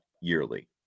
yearly